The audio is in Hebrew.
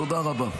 תודה רבה.